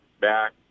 back